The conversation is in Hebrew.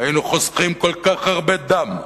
היינו חוסכים כל כך הרבה דם,